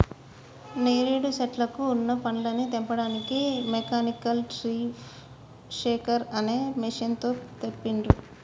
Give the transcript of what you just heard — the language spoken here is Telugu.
నేరేడు శెట్లకు వున్న పండ్లని తెంపడానికి మెకానికల్ ట్రీ షేకర్ అనే మెషిన్ తో తెంపిండ్రు